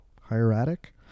hieratic